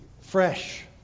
fresh